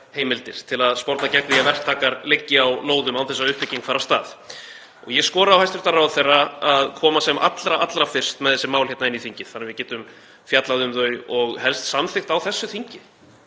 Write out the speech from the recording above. til að sporna gegn því að verktakar liggi á lóðum án þess að uppbygging fari af stað. Ég skora á hæstv. ráðherra að koma sem allra, allra fyrst með þessi mál hérna inn í þingið þannig að við getum fjallað um þau og helst samþykkt á þessu þingi.